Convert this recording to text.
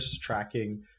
tracking